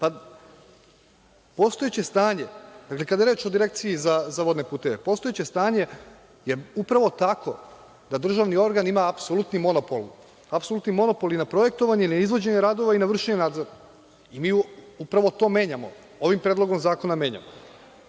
da je to nešto loše. Kada je reč o Direkciji za vodne puteve, postojeće stanje je upravo takvo da državni organ ima apsolutni monopol, apsolutni monopol i na projektovanje i na izvođenje radova i na vršenje nadzora i mi upravo to menjamo, ovim predlogom zakona menjamo.